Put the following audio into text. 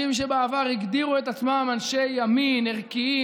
שבעבר הגדירו את עצמם אנשי ימין ערכיים,